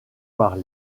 par